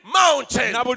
mountain